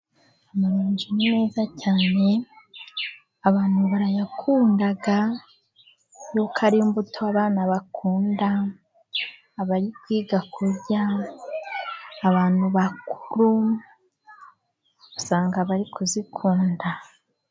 Amaronji ni meza cyane, abantu barayakunda kuko ari imbuto abana bakunda, abari kwiga kurya, abantu bakuru usanga bari kuzikunda.